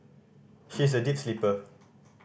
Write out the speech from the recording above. she is a deep sleeper